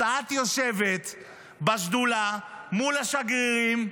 אז את יושבת בשדולה מול השגרירים ואומרת: